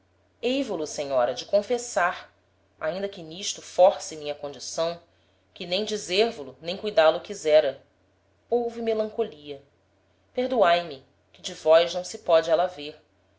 hei vo lo senhora de confessar ainda que n'isto force minha condição que nem dizer vo lo nem cuidá lo quisera houve melancolia perdoae me que de vós não se póde éla haver